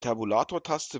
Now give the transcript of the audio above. tabulatortaste